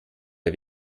der